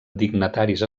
dignataris